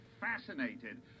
fascinated